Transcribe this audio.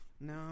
no